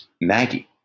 Maggie